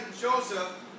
Joseph